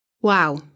Wow